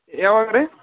ಯಾವಾಗ ರೀ